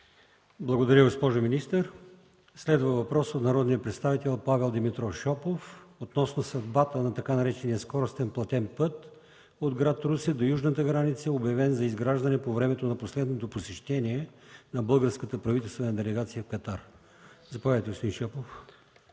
Благодаря, госпожо министър. Следва въпрос от народния представител Павел Димитров Шопов относно съдбата на така наречения „скоростен платен път” от град Русе до южната граница, обявен за изграждане по време на последното посещение на българската правителствена делегация в Катар. Заповядайте, господин Шопов.